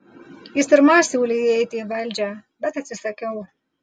jis ir man siūlė įeiti į valdžią bet atsisakiau